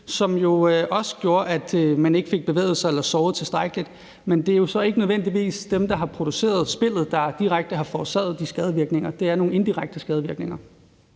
som også gjorde, at man ikke fik bevæget sig eller sovet tilstrækkeligt. Men det er jo så ikke nødvendigvis dem, der har produceret spillet, der direkte har forårsaget de skadevirkninger. Det er nogle indirekte skadevirkninger.